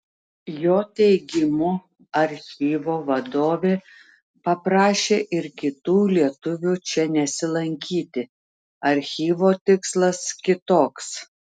jo teigimu archyvo vadovė paprašė ir kitų lietuvių čia nesilankyti archyvo tikslas kitoks